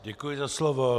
Děkuji za slovo.